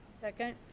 second